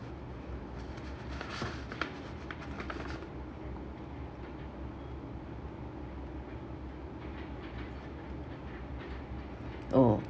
oh